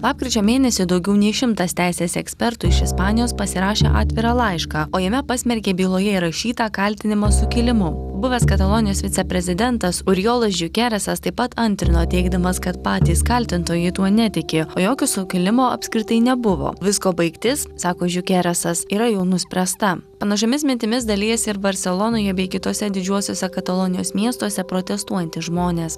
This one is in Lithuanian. lapkričio mėnesį daugiau nei šimtas teisės ekspertų iš ispanijos pasirašė atvirą laišką o jame pasmerkė byloje įrašytą kaltinimą sukilimu buvęs katalonijos viceprezidentas oriolas žiukeresas taip pat antrino teigdamas kad patys kaltintojai tuo netiki o jokio sukilimo apskritai nebuvo visko baigtis sako žiukerasas yra jau nuspręsta panašiomis mintimis dalijasi ir barselonoje bei kituose didžiuosiuose katalonijos miestuose protestuojantys žmonės